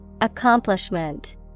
Accomplishment